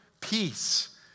peace